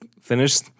finished